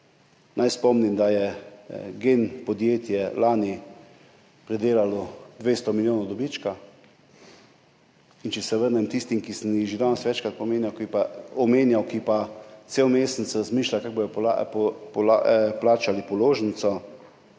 naj spomnim, da je podjetje GEN lani pridelalo 200 milijonov dobička. Če se vrnem k tistim, ki sem jih danes že večkrat omenjal, ki pa cel mesec razmišljajo, kako bodo plačali položnico,